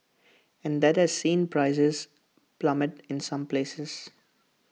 and that has seen prices plummet in some places